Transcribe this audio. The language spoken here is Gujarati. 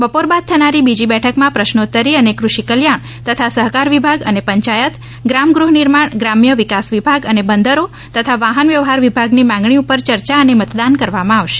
બપોર બાદ થનારી બીજી બેઠકમાં પ્રશ્નોતરી અને ફૃષિ કલ્યાણ તથા સહકાર વિભાગ અને પંચાયત ગ્રામ ગૃહનિર્માણ ગ્રામ્ય વિકાસ વિભાગ અને બંદરો તથા વાહન વ્યવહાર વિભાગની પાર માંગણી પર ચર્ચા અને મતદાન કરવામાં આવશે